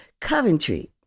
Coventry